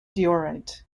diorite